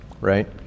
right